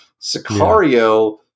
Sicario